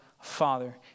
Father